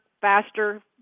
faster